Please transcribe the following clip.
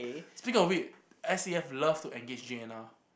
speak of it S_C_F love to engage J_N_R